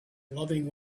loving